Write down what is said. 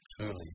truly